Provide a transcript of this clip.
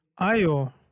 Ayo